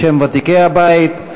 בשם ותיקי הבית.